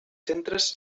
centres